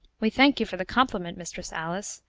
we thank you for the compliment, mistress alice,